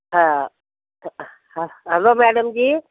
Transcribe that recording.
हाँ hello madam जी